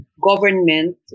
government